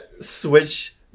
switch